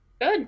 Good